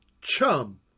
Chum